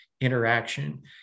interaction